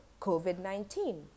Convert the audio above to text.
COVID-19